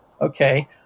Okay